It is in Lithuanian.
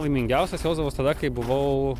laimingiausias jausdavaus tada kai buvau